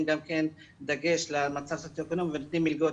גם כן דגש למצב הסוציו אקונומי ונותנים מלגות,